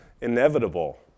inevitable